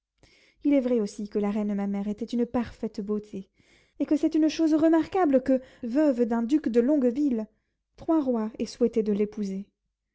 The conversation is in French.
il est vrai aussi que la reine ma mère était une parfaite beauté et que c'est une chose remarquable que veuve d'un duc de longueville trois rois aient souhaité de l'épouser